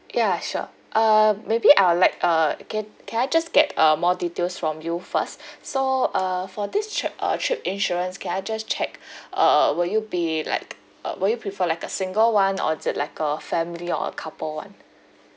ya sure uh maybe I would like uh ca~ can I just get uh more details from you first so uh for this tr~ uh trip insurance can I just check uh will you be like uh will you prefer like a single [one] or is it like a family or a couple [one]